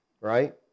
right